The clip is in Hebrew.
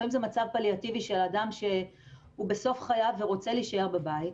לפעמים זה מצב של אדם שהוא בסוף חייו ורוצה להישאר בבית.